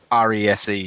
RESE